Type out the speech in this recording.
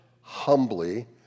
humbly